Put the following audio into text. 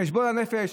חשבון נפש,